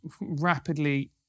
rapidly